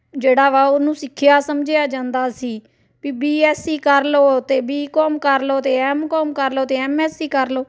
ਜਿਹੜਾ ਵਾ ਉਹਨੂੰ ਸਿੱਖਿਆ ਸਮਝਿਆ ਜਾਂਦਾ ਸੀ ਵੀ ਬੀਐੱਸਸੀ ਕਰ ਲਓ ਅਤੇ ਬੀਕੌਮ ਕਰ ਲਓ ਅਤੇ ਐੱਮਕੌਮ ਕਰ ਲਓ ਅਤੇ ਐੱਮਐੱਸਸੀ ਕਰ ਲਓ